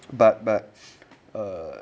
but but uh